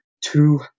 two